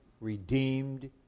redeemed